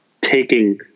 taking